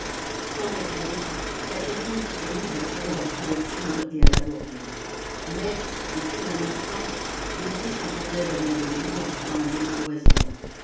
sans répondre catherine s'était mise à tirer la couverture et à la border mais depuis un instant des bruits s'entendaient derrière le mur dans la maison voisine